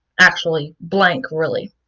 actually, blank really.